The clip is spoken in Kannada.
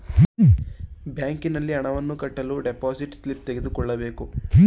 ಬ್ಯಾಂಕಿನಲ್ಲಿ ಹಣವನ್ನು ಕಟ್ಟಲು ಡೆಪೋಸಿಟ್ ಸ್ಲಿಪ್ ತೆಗೆದುಕೊಳ್ಳಬೇಕು